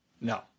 No